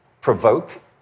provoke